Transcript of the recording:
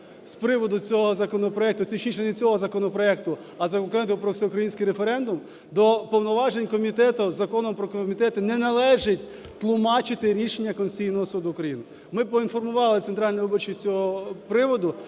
не цього законопроекту, а законопроекту про всеукраїнський референдум, до повноважень комітету… Законом про комітети не належить тлумачити рішення Конституційного Суду України. Ми поінформували Центральну виборчу з цього приводу.